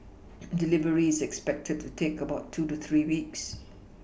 delivery is expected to take about two to three weeks